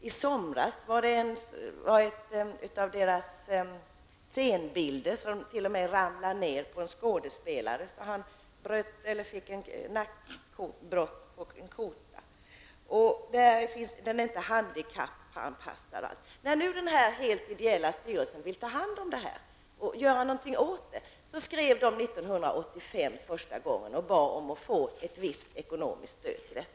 I somras ramlade t.o.m. en av teaterns scenbilder ner på en skådespelare så att han fick ett brott på en kota. Teatern är heller inte handikappanpassad. När nu den helt ideella styrelsen vill ta hand om detta och göra någonting åt det, skrev man första gången 1985 och bad om att få ett visst ekonomiskt stöd.